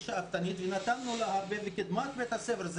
שאפתנית ונתנו לה הרבה והיא קידמה את בית הספר.